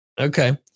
Okay